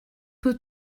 peu